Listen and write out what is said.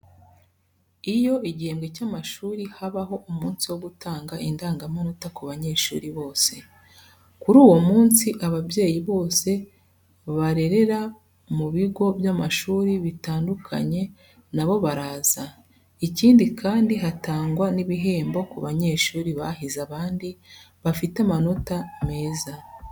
Iyo igihembwe cy'amashuri habaho umunsi wo gutanga indangamanota ku banyeshuri bose. Kuri uwo munsi ababyeyi bose barerera mu bigo by'amashuri bitandukanye na bo baraza. Ikindi kandi, hatangwa n'ibihembo ku banyeshuri bahize abandi bafite amanota meza.